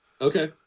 Okay